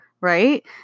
Right